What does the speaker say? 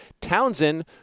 Townsend